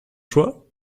choix